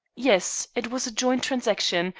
yes it was a joint transaction,